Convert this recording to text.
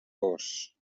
gos